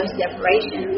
separation